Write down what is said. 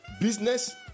Business